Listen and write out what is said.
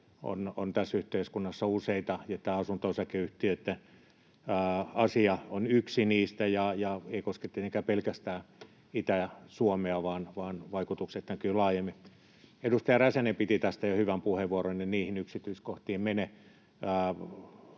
on tässä yhteiskunnassa useita, ja tämä asunto-osakeyhtiöitten asia on yksi niistä, ja se ei koske tietenkään pelkästään Itä-Suomea, vaan vaikutukset näkyvät laajemmin. Edustaja Räsänen piti tästä jo hyvän puheenvuoron. En niihin yksityiskohtiin mene,